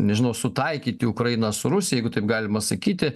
nežinau sutaikyti ukrainą su rusija jeigu taip galima sakyti